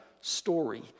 story